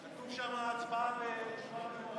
כתוב שתשובה והצבעה בזמן אחר.